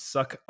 Suck